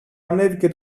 ανέβηκε